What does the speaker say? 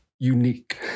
Unique